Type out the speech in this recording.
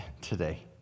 today